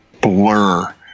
blur